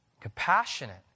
compassionate